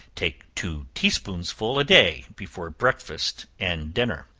take two tea-spoonsful a day, before breakfast and dinner.